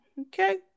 okay